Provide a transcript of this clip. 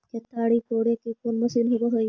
केताड़ी कोड़े के कोन मशीन होब हइ?